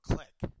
Click